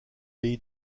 leur